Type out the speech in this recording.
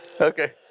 Okay